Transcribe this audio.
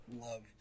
love